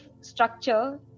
structure